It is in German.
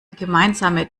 gemeinsame